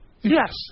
Yes